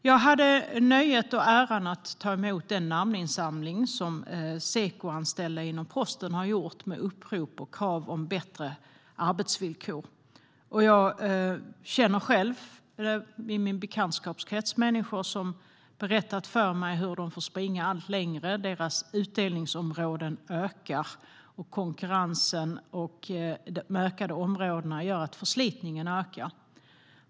Jag hade nöjet och äran att ta emot den namninsamling som Seko-anställda inom Posten gjort med upprop och krav om bättre arbetsvillkor. Jag har själv i min bekantskapskrets människor som berättat för mig hur de får springa allt längre. Deras utdelningsområden ökar, liksom konkurrensen. De ökade områdena gör att förslitningen ökar.